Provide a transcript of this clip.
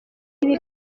ibi